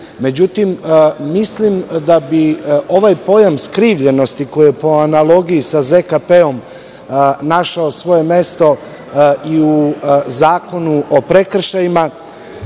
Međutim, mislim da bi ovaj pojam skrivljenosti, koji je po analogiji sa ZKP našao svoje mesto i u Zakonu o prekršajima,